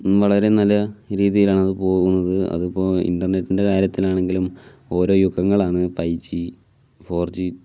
വളരെ നല്ല രീതിയിലാണ് അത് പോകുന്നത് അതിപ്പോൾ ഇന്റർനെറ്റിന്റെ കാര്യത്തിൽ ആണെങ്കിലും ഓരോ യുഗങ്ങളാണ് ഫൈവ് ജി ഫോർ ജി